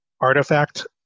artifact